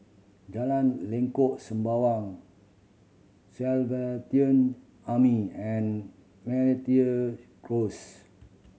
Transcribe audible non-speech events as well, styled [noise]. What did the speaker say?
Jalan Lengkok Sembawang Salvation Army and [unintelligible] Close